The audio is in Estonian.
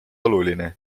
oluline